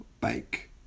bike